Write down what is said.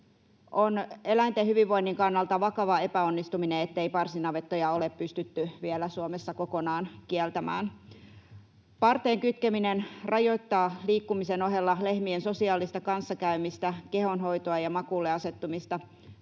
On eläinten hyvinvoinnin kannalta vakava epäonnistuminen, ettei parsinavettoja ole pystytty vielä Suomessa kokonaan kieltämään. Parteen kytkeminen rajoittaa liikkumisen ohella lehmien sosiaalista kanssakäymistä, kehonhoitoa ja makuulle asettumista.